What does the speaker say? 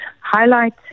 highlight